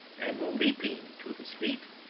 and leaping to his feet,